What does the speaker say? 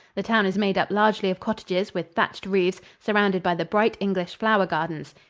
the town is made up largely of cottages with thatched roofs, surrounded by the bright english flower gardens.